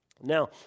Now